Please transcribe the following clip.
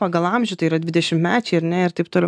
pagal amžių tai yra dvidešimtmečiai ar ne ir taip toliau